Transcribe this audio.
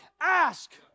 Ask